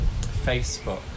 facebook